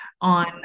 on